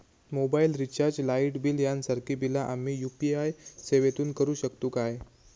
Mobile recharge, light bill यांसारखी बिला आम्ही यू.पी.आय सेवेतून करू शकतू काय?